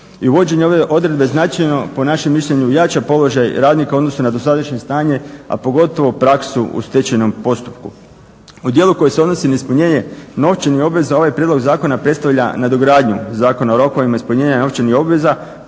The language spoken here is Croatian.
uvođenje ove odredbe značajno po našem mišljenju jača položaj radnika u odnosu na dosadašnje stanje a pogotovo praksu u stečajnom postupku. U djelu koji se odnosi na ispunjenje novčanih obveza ovaj prijedlog zakona predstavlja nadogradnju Zakona o rokovima ispunjenja novčanih obveza